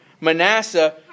Manasseh